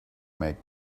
make